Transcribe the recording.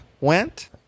went